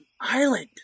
island